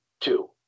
two